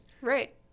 Right